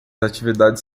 atividades